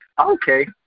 Okay